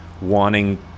wanting